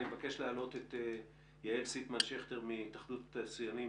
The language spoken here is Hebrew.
אני מבקש להעלות את יעל סיטמן שכטר מהתאחדות התעשיינים,